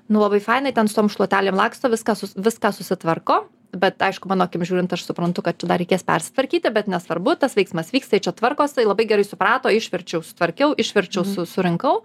nu labai fainai ten su šluotelėm laksto viską viską susitvarko bet aišku mano akim žiūrint aš suprantu kad čia dar reikės persitvarkyti bet nesvarbu tas veiksmas vyksta i čia tvarkos jisai labai gerai suprato išverčiau sutvarkiau išverčiau su surinkau